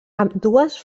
ambdues